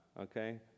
okay